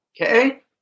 Okay